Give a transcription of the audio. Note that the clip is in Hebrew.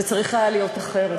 זה צריך היה להיות אחרת,